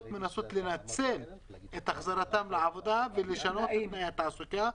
מנסות לנצל את חזרתם לעבודה ולשנות את תנאי התעסוקה.